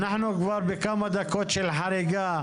אנחנו כבר בכמה דקות של חריגה,